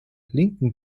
lincoln